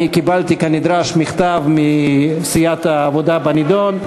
אני קיבלתי כנדרש מכתב מסיעת העבודה בנדון.